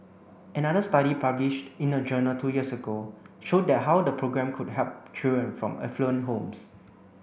another study published in a journal two years ago showed the how the programme could help children from affluent homes